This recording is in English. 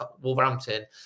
Wolverhampton